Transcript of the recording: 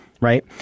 right